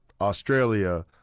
Australia